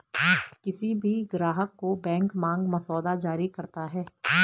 किसी भी ग्राहक को बैंक मांग मसौदा जारी करता है